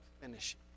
finish